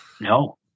No